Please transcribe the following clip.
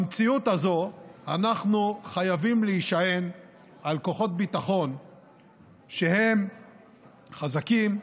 במציאות הזו אנחנו חייבים להישען על כוחות ביטחון שהם חזקים,